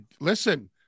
Listen